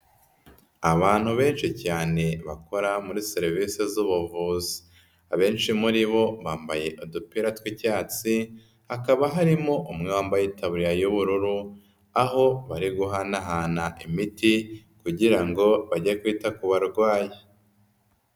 Abantu benshi cyane bakora muri serivise z'ubuvuzi, abenshi muri bo bambaye udupira tw'icyatsi hakaba harimo umwe wambaye itaburiya y'ubururu, aho bari guhanahana imiti kugira ngo bage kwita ku barwayi.